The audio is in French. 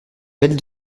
belle